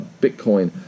Bitcoin